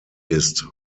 ist